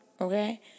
Okay